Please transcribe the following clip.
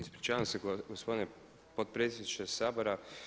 Ispričavam se gospodine potpredsjedniče Sabora.